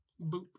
Boop